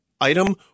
item